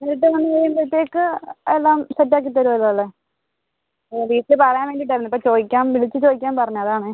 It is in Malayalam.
നേരിട്ട് വന്നു കഴിയുമ്പോഴത്തേക്ക് എല്ലാം സെറ്റാക്കി തരുമല്ലോ അല്ലേ ആ വീട്ടിൽ പറയാൻ വേണ്ടിയിട്ടായിരുന്നു ഇപ്പോൾ ചോദിക്കാൻ വിളിച്ചു ചോദിക്കാൻ പറഞ്ഞതാണ്